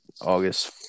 august